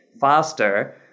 faster